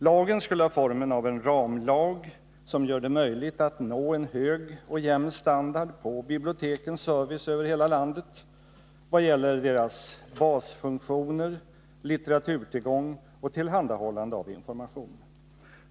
Lagen skulle ha formen av en ramlag, som gör det möjligt att nå en hög och jämn standard på bibliotekens service över hela landet i vad gäller deras basfunktioner, litteraturtillgång och tillhandahållande av information.